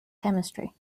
chemistry